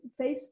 Facebook